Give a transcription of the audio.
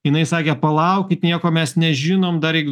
jinai sakė palaukit nieko mes nežinom dar iki